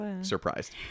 surprised